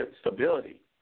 stability